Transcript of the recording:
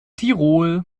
tirol